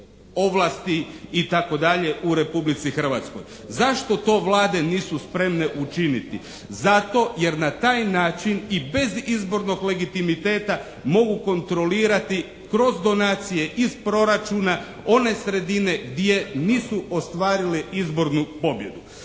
ovlasti i tako dalje u Republici Hrvatskoj. Zašto to vlade nisu spremne učiniti? Zato jer na taj način i bez izbornog legitimiteta mogu kontrolirati kroz donacije iz proračuna one sredine gdje nisu ostvarili izbornu pobjedu.